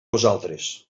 vosaltres